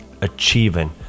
achieving